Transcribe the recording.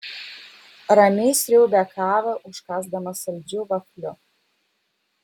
ramiai sriaubė kavą užkąsdamas saldžiu vafliu